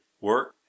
work